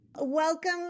Welcome